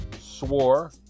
swore